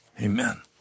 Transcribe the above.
Amen